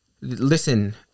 Listen